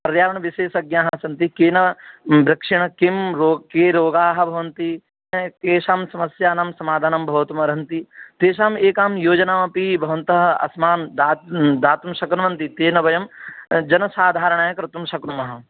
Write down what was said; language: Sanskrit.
पर्यावरणविशेषज्ञाः सन्ति केन बृक्षेण किं के रोगाः भवन्ति तेषां समस्यानां समाधानं भवितुमर्हन्ति तेषां एकां योजनामपि भवन्तः अस्मान् दात् दातुं शक्नुवन्ति तेन जनसाधारणाय कर्तुं शक्नुमः